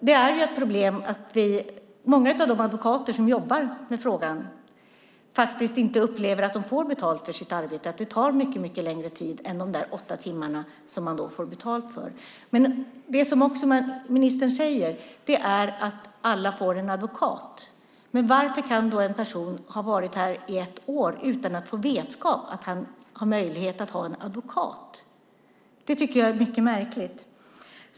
Det är ett problem att många av de advokater som jobbar med frågan faktiskt inte upplever att de får betalt för sitt arbete utan att arbetet tar mycket längre tid än de åtta timmar som de får betalt för. Men ministern säger att alla får en advokat. Men hur kan det då komma sig att en person har varit här i ett år utan att få vetskap om att han har möjlighet att ha en advokat? Det tycker jag är mycket märkligt.